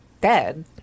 dead